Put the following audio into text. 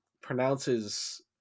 pronounces